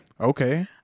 Okay